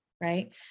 right